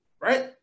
right